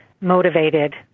motivated